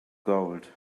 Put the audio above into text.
gold